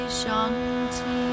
Shanti